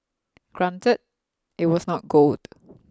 granted it was not gold